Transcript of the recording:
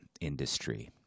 industry